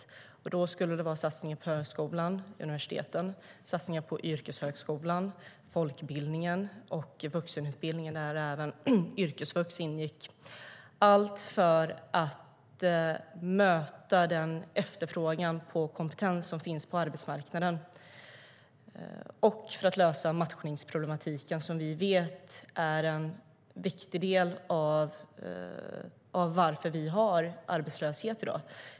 Då skulle det vara satsningar på högskolan, universiteten, yrkeshögskolan, folkbildningen och vuxenutbildningen, där även yrkesvux ingår. Allt detta skulle göras för att möta den efterfrågan på kompetens som finns på arbetsmarknaden och för att lösa matchningsproblematiken, som vi vet är en viktig del i att vi har arbetslöshet i dag.